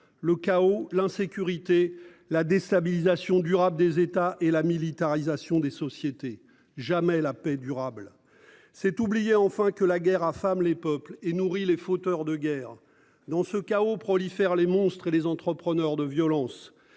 Le chaos, l'insécurité, la déstabilisation durable des États et la militarisation des sociétés jamais la paix durable. C'est oublier enfin que la guerre affame les peuples et nourrit les fauteurs de guerre dans ce chaos prolifèrent, les monstres et les entrepreneurs de violence